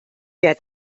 der